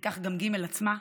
וכך גם ג' עצמה,